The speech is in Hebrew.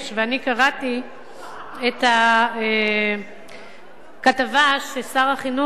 ואני קראתי את הכתבה של שר החינוך,